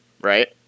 right